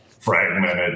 fragmented